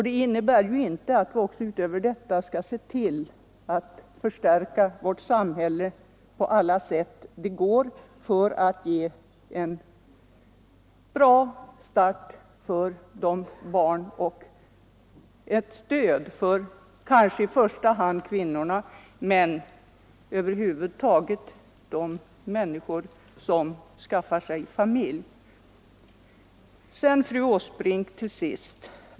Det innebär dock inte att vi inte härutöver också skall förstärka vårt samhälle på alla sätt som är möjliga för att ge barnen en god start och för att stödja de människor som skaffar sig familj, och kanske i första hand kvinnorna.